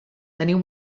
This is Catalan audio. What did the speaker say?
teniu